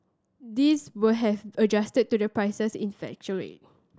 these will have adjusted to the prices in fluctuate